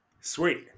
Sweet